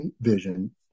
vision